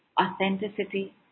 Authenticity